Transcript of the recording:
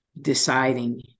deciding